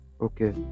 Okay